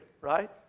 Right